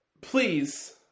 Please